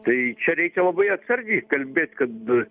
tai čia reikia labai atsargiai kalbėt kad